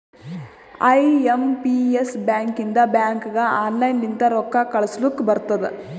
I M P S ಬ್ಯಾಕಿಂದ ಬ್ಯಾಂಕ್ಗ online ಲಿಂತ ರೊಕ್ಕಾ ಕಳೂಸ್ಲಕ್ ಬರ್ತುದ್